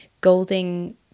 Golding